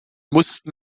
mussten